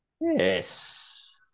Yes